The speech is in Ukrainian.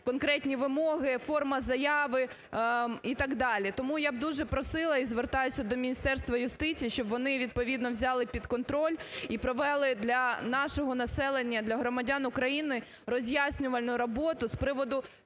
конкретні вимоги, форма заяви і так далі. Тому я б дуже просила і звертаюся до Міністерства юстиції, щоб вони відповідно взяли під контроль і провели для нашого населення, для громадян України роз'яснювальну роботу з приводу